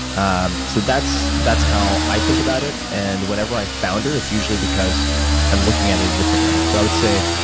ah so that's that's how i think about it, and whenever i founder, it's usually because i'm looking at it a different way. so i would say,